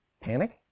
Panic